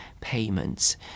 payments